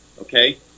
okay